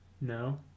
No